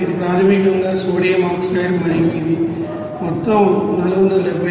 ఇది ప్రాథమికంగా sodium oxide మరియు ఇది మొత్తం 471